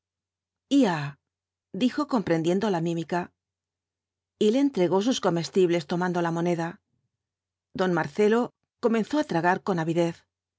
ja dijo comprendiendo la mímica y le entregó sus comestibles tomando la moneda don marcelo comenzó á tragar con avidez